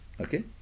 okay